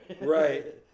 Right